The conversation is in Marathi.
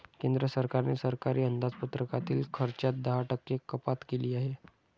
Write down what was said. केंद्र सरकारने सरकारी अंदाजपत्रकातील खर्चात दहा टक्के कपात केली आहे